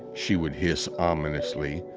she would hiss ominously,